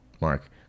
Mark